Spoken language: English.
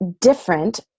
different